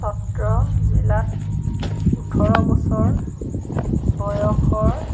চত্ৰ জিলাত ওঠৰ বছৰ বয়সৰ